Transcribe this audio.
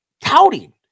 touting